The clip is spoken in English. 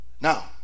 Now